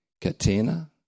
Katina